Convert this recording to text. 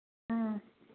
ꯎꯝ